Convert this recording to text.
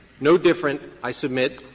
no different, i submit,